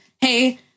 hey